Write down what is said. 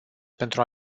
pentru